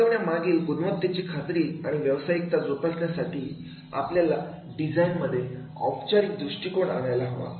शिकवण्या मधील गुणवत्तेची खात्री आणि व्यवसायिकता जोपासण्यासाठी आपल्याला डिझाईन मध्ये औपचारिक दृष्टिकोन आणायला हवा